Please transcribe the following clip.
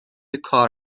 کار